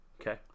okay